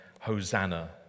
Hosanna